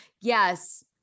Yes